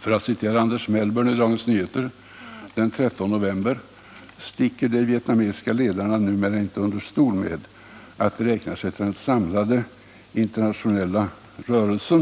För att citera Anders Mellbourn i Dagens Nyheter 13 november: ”Nu sticker de vietnamesiska ledarna inte under stol med att de räknar sig till den samlade internationella kommunistiska rörelsen.